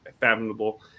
fathomable